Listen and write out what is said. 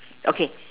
okay